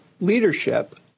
leadership